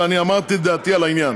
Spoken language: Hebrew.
ואני אמרתי את דעתי בעניין.